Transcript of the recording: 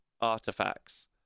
artifacts